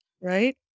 right